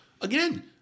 again